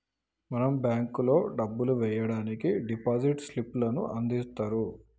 మనం బేంకులో డబ్బులు ఎయ్యడానికి డిపాజిట్ స్లిప్ లను అందిత్తుర్రు